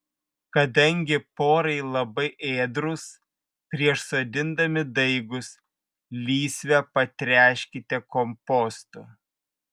kadangi porai labai ėdrūs prieš sodindami daigus lysvę patręškite kompostu